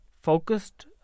focused